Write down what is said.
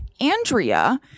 Andrea